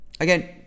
Again